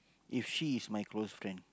if she is my close friend